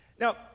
Now